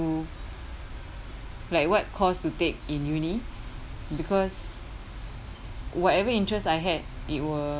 do like what course to take in uni because whatever interests I had it